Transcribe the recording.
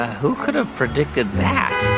who could have predicted that?